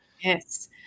Yes